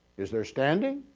is there standing?